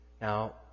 Now